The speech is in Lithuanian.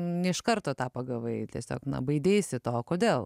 ne iš karto tą pagavai tiesiog na baideisi to kodėl